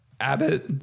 Abbott